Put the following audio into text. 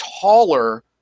taller